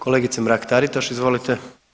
Kolegice Mrak-Taritaš izvolite.